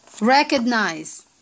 Recognize